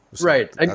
Right